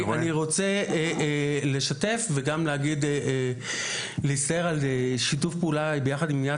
אני רוצה לספר על שיתוף פעולה עם ׳יד